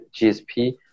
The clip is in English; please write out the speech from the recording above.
GSP